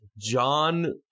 John